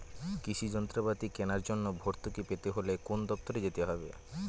কৃষি যন্ত্রপাতি কেনার জন্য ভর্তুকি পেতে হলে কোন দপ্তরে যেতে হবে?